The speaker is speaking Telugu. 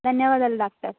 ధన్యవాదాలు డాక్టర్